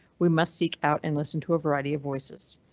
we must seek out and listen to a variety of voices.